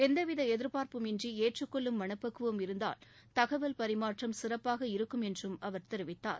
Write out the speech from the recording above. எந்தவித எதிர்பார்ப்பும் இன்றி எற்றுக்கொள்ளும் மனப்பக்குவம் இருந்தால் தகவல் பரிமாற்றம் சிறப்பாக இருக்கும் என்றும் அவர் தெரிவித்தார்